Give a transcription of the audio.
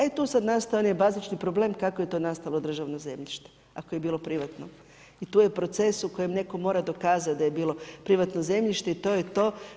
E tu sada nastaje onaj bazični problem kako je to nastalo državno zemljište ako je bilo privatno i tu je procesu u kojem neko mora dokazati da je bilo privatno zemljište i to je to.